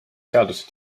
seaduse